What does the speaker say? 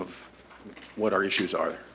of what our issues are